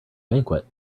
banquet